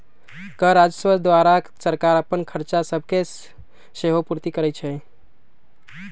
कर राजस्व द्वारा सरकार अप्पन खरचा सभके सेहो पूरति करै छै